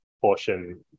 portion